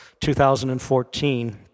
2014